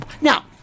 Now